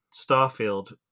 Starfield